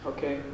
Okay